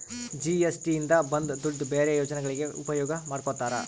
GST ಇಂದ ಬಂದ್ ದುಡ್ಡು ಬೇರೆ ಯೋಜನೆಗಳಿಗೆ ಉಪಯೋಗ ಮಾಡ್ಕೋತರ